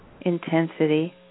intensity